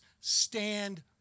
stand